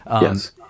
Yes